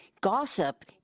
gossip